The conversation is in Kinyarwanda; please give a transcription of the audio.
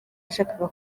yashakaga